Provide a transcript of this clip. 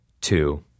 two